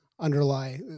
underlie